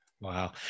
Wow